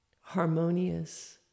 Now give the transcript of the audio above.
harmonious